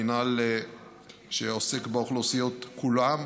המינהל עוסק באוכלוסיות כולן,